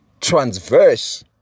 transverse